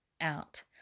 out